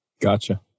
Gotcha